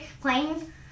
playing